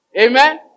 Amen